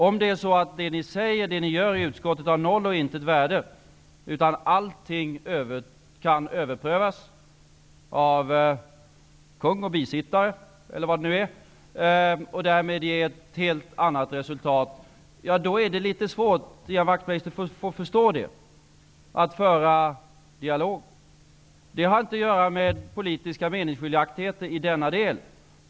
Om det som ni säger i utskottet är av noll och intet värde och alltid kan överprövas av kung och bisittare, eller vad det nu är, och därmed kan ge ett helt annat resultat, måste Ian Wachtmeister förstå att det är litet svårt att föra en dialog. Detta har inte att göra med politiska meningsskiljaktigheter i denna del.